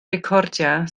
recordiau